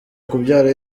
kubyara